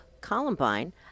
columbine